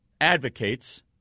advocates